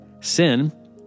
Sin